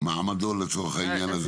מעמדו לצורך העניין הזה?